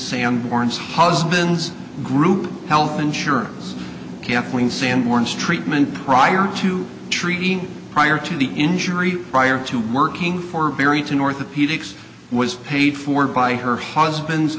sanborn's husband's group health insurance kathleen sanborn's treatment prior to treating prior to the injury prior to working for very to north of p dix was paid for by her husband's